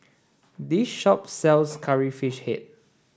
this shop sells curry fish head